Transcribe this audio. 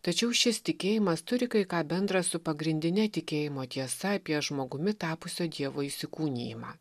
tačiau šis tikėjimas turi kai ką bendra su pagrindine tikėjimo tiesa apie žmogumi tapusio dievo įsikūnijimą